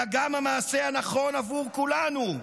אלא גם המעשה הנכון עבור כולנו.